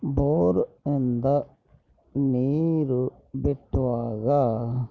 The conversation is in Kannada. ಬೋರಿಂದ ನೀರು ಬಿಡುವಾಗ